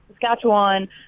Saskatchewan